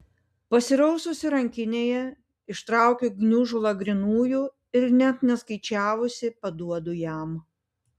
pasiraususi rankinėje ištraukiu gniužulą grynųjų ir net neskaičiavusi paduodu jam